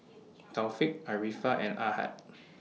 Taufik Arifa and Ahad